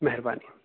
महिरबानी